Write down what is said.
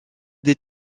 des